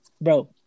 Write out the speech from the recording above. Bro